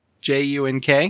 JUNK